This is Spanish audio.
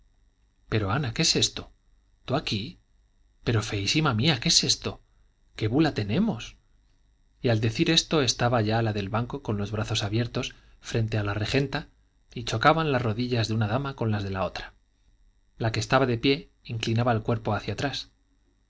pero ana qué es esto tú aquí pero feísima mía qué es esto qué bula tenemos y al decir esto estaba ya la del banco con los brazos abiertos frente a la regenta y chocaban las rodillas de una dama con las de la otra la que estaba de pie inclinaba el cuerpo hacia atrás